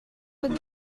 could